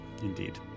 Indeed